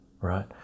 right